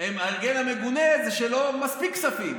ההרגל המגונה הזה שלא היו מספיק כספים.